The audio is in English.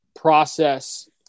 process